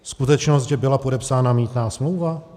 Skutečnost, že byla podepsána mýtná smlouva?